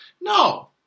No